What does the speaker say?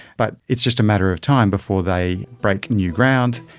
but it's just a matter of time before they break new ground,